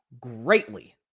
greatly